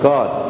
God